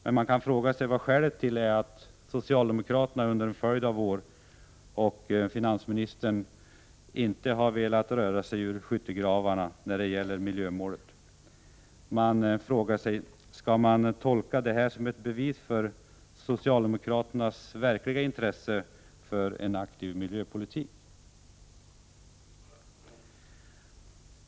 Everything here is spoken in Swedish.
Men man kan fråga sig vad skälet är till att socialdemokraterna och finansministern under en följd av år inte har velat röra sig ur skyttegravarna när det gäller miljömålet. Man frågar sig: Skall man tolka detta som ett bevis för socialdemokraternas verkliga intresse för en aktiv miljöpolitik?